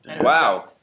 Wow